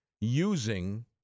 using